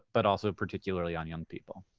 but also particularly on young people.